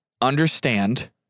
Understand